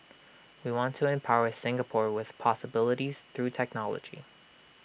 we want to empower Singapore with possibilities through technology